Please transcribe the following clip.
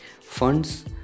funds